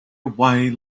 away